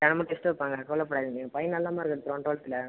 தினமும் டெஸ்ட் வைப்பாங்க கவலைப்படாதிங்க பையன் நல்ல மார்க் எடுத்துடுவான் டுவல்த்தில்